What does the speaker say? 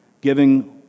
giving